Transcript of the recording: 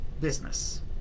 business